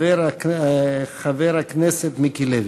חבר הכנסת מיקי לוי.